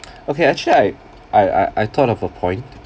okay actually I I I I thought of a point